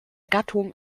gattung